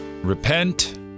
Repent